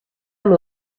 amb